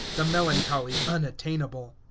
the melancholy unattainable.